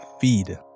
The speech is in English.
feed